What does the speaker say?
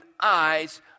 eyes